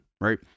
Right